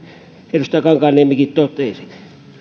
edustaja kankaanniemikin totesi